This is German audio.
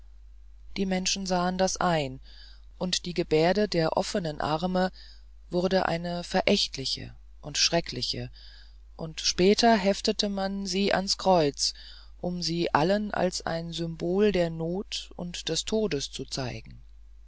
die menschen sahen das ein und die gebärde der offenen arme wurde eine verächtliche und schreckliche und später heftete man sie ans kreuz um sie allen als ein symbol der not und des todes zu zeigen